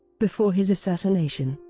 before his assassination,